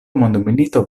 mondmilito